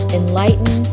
enlighten